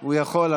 הוא יכול,